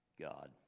God